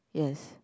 yes